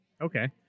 Okay